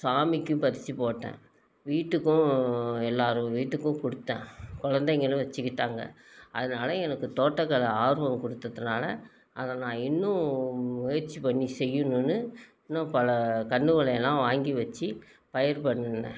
சாமிக்கும் பறிச்சி போட்டேன் வீட்டுக்கும் எல்லார் வீட்டுக்கும் கொடுத்தேன் குழந்தைங்களும் வச்சுக்கிட்டாங்க அதனால எனக்கு தோட்டக்கலை ஆர்வம் கொடுத்ததுதுனால அங்கே நான் இன்னும் முயற்சி பண்ணி செய்யுணும்ன்னு இன்னும் பல கன்றுவோளையெல்லாம் வாங்கி வச்சு பயிர் பண்ணுனேன்